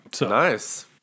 Nice